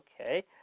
Okay